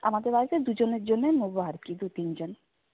আমাদের বাড়িতে দুজনের জন্যেই নোবো আর কি দু তিনজন